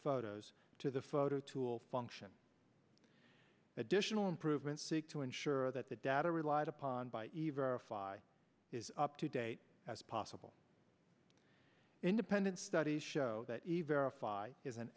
photos to the photo tool function additional improvements seek to ensure that the data relied upon by a verifiable is up to date as possible independent studies show that